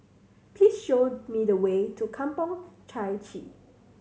please show me the way to Kampong Chai Chee